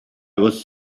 was